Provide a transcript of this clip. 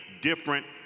different